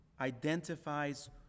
identifies